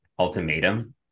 Ultimatum